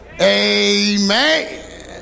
Amen